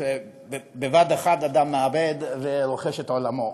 בבת-אחת אדם מאבד ורוכש את עולמו.